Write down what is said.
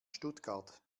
stuttgart